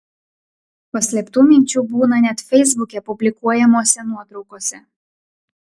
paslėptų minčių būna net feisbuke publikuojamose nuotraukose